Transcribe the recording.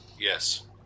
Yes